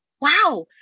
wow